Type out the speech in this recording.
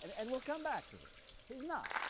and and we'll come back to this he's not.